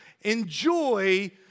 enjoy